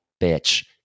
bitch